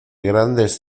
grandes